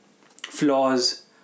flaws